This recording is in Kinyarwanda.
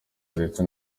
ndetse